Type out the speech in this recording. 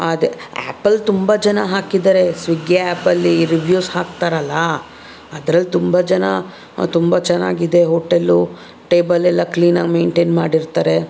ಅದೆ ಆ್ಯಪಲ್ಲಿ ತುಂಬ ಜನ ಹಾಕಿದ್ದಾರೆ ಸ್ವಿಗ್ಗಿ ಆ್ಯಪಲ್ಲಿ ರಿವ್ಯೂಸ್ ಹಾಕ್ತಾರಲ್ಲಾ ಅದ್ರಲ್ಲಿ ತುಂಬ ಜನ ತುಂಬ ಚೆನ್ನಾಗಿದೆ ಹೋಟೆಲ್ಲು ಟೇಬಲ್ ಎಲ್ಲ ಕ್ಲೀನಾಗಿ ಮೈಂಟೈನ್ ಮಾಡಿರ್ತಾರೆ